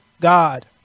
God